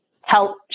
help